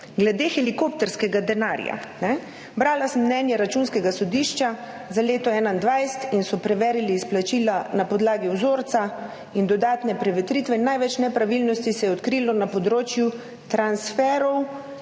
Glede helikopterskega denarja. Brala sem mnenje Računskega sodišča za leto 2021 in so preverili izplačila na podlagi vzorca in dodatne prevetritve. Največ nepravilnosti se je odkrilo na področju transferov